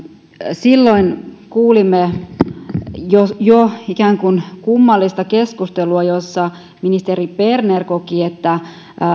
silloin kuulimme ikään kuin kummallista keskustelua jossa ministeri berner koki että